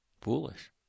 foolish